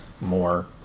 more